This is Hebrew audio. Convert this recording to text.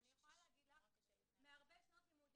אני יכולה להגיד לך מהרבה שנות לימודים